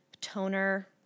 Toner